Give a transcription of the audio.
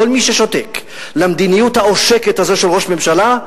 כל מי ששותק על המדיניות העושקת הזאת של ראש הממשלה,